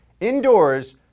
indoors